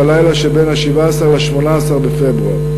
בלילה שבין 17 ל-18 בפברואר.